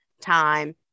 time